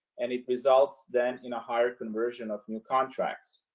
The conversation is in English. and it results then in a higher conversion of new contracts.